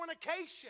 fornication